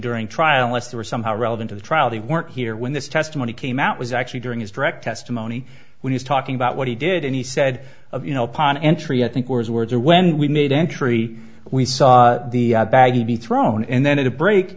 during trial unless they were somehow relevant to the trial they weren't here when this testimony came out was actually during his direct testimony when he's talking about what he did and he said you know upon entry i think were his words or when we made entry we saw the bag to be thrown and then at a break